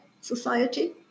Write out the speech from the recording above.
society